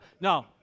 no